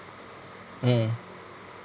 mmhmm